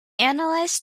analyzed